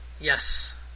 Yes